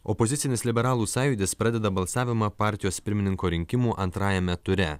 opozicinis liberalų sąjūdis pradeda balsavimą partijos pirmininko rinkimų antrajame ture